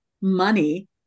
money